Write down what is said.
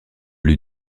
lui